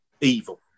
evil